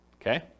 Okay